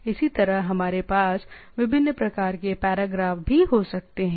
इसी तरह हमारे पास विभिन्न प्रकार के पैराग्राफ भी हो सकते हैं